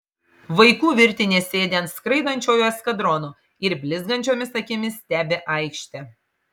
vaikų virtinės sėdi ant skraidančiojo eskadrono ir blizgančiomis akimis stebi aikštę